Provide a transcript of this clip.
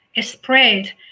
spread